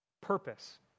purpose